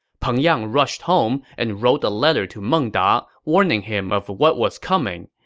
peng yang rushed home and wrote a letter to meng da, warning him of what was coming.